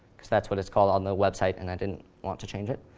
because that's what it's called on the website, and didn't want to change it.